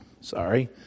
sorry